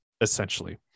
essentially